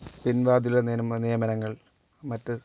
പിൻവാതിലിലൂടെ നിയമനങ്ങൾ മറ്റ്